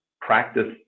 practice